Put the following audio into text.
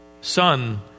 son